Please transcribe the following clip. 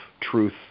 truth